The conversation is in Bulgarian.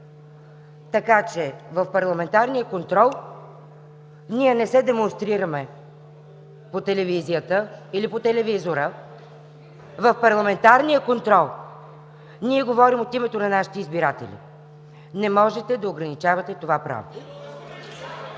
Така че в парламентарния контрол ние не се демонстрираме по телевизията или по телевизора. В парламентарния контрол ние говорим от името на нашите избиратели. Не можете да ограничавате това право.